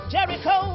Jericho